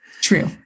True